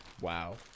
Wow